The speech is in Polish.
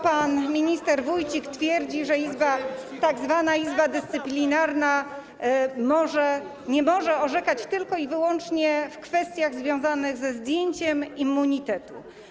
Pan minister Wójcik twierdzi, że tzw. Izba Dyscyplinarna może... nie może orzekać tylko i wyłącznie w kwestiach związanych ze zdjęciem immunitetu.